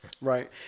Right